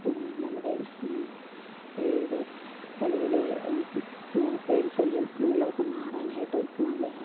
നമ്മുടെ ഇത് തലയിലെ പേൻ ശല്യം അങ്ങനെയുള്ളതൊക്കെ മാറാനായിട്ട് നല്ലതാണ്